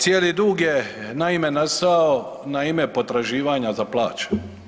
Cijeli dug je naime nastao na ime potraživanja za plaće.